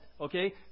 Okay